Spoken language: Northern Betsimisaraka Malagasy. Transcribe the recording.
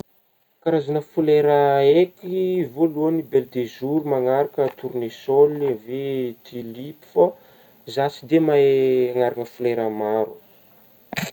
Karazagna folera haiko: voalohany belle de jour manaraka tournesol avy eo tilipy fô zah tsy dia mahay anaragna folera maro.